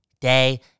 day